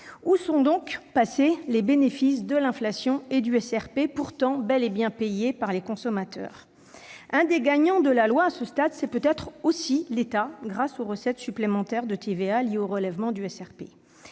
Où sont donc passés les bénéfices de l'inflation et du SRP, pourtant bel et bien payés par les consommateurs ? L'un des grands gagnants de la loi, à ce stade, c'est peut-être aussi l'État, grâce aux recettes supplémentaires de TVA liées au relèvement du SRP.